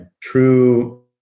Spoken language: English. true